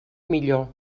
millor